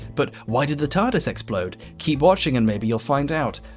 but why did the tardis explode? keep watching and maybe you'll find out.